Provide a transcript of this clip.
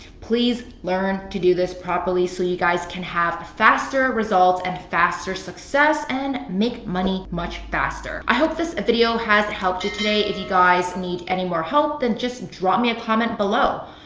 please learn to do this properly so you guys can have faster results and faster success and make money much faster. i hope this video has helped you today. if you guys need any more help then just drop me a comment below.